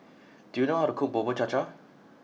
do you know how to cook Bubur Cha Cha